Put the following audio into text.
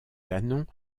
canons